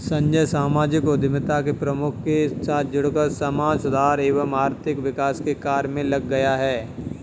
संजय सामाजिक उद्यमिता के प्रमुख के साथ जुड़कर समाज सुधार एवं आर्थिक विकास के कार्य मे लग गया